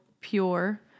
pure